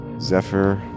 Zephyr